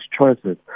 choices